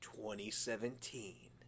2017